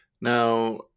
Now